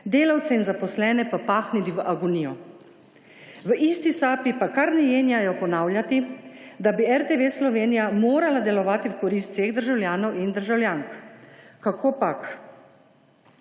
delavce in zaposlene pa pahnili v agonijo. V isti sapi pa kar ne jenjajo ponavljati, da bi RTV Slovenija morala delovati v korist vseh državljank in državljanov. Kakopak.